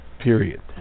Period